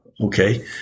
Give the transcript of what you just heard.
Okay